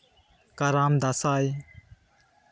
ᱠᱟᱨᱟᱢ ᱫᱟᱸᱥᱟᱭ